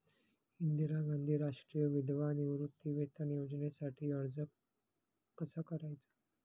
इंदिरा गांधी राष्ट्रीय विधवा निवृत्तीवेतन योजनेसाठी अर्ज कसा करायचा?